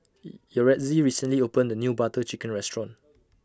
Yaretzi recently opened A New Butter Chicken Restaurant